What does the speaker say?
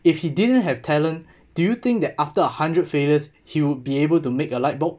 if he didn't have talent do you think that after a hundred failures he would be able to make a light bulb